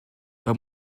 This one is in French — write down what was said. pas